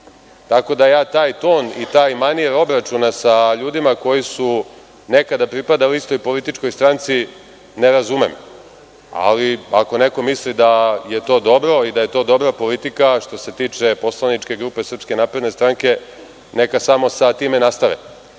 Tako da ja taj ton i taj manir obračuna sa ljudima koji su nekada pripadali istoj političkoj stranci, ne razumem. Ali, ako neko misli da je to dobro i da je to dobra politika, što se tiče Poslaničke stranke SNS, neka samo sa time nastave. Što